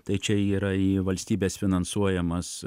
tai čia yra į valstybės finansuojamas